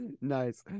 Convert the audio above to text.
Nice